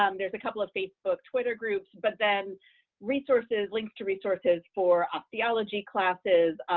um there's a couple of facebook, twitter groups, but then resources links to resources for osteology classes,